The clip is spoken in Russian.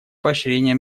поощрения